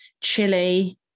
chili